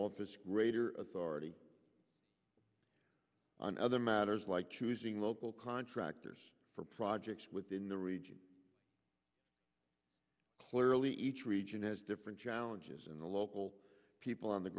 office greater authority on other matters like choosing local contractors for projects within the region clearly each region has different challenges and the local people on the